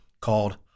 called